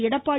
Edappadi